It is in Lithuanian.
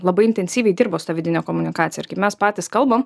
labai intensyviai dirba su ta vidine komunikacija ir kaip mes patys kalbam